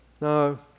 No